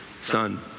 son